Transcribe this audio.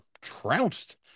trounced